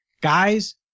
Guys